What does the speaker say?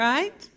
Right